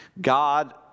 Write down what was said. God